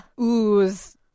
ooze